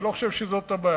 אני לא חושב שזאת הבעיה.